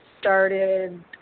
started